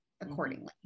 accordingly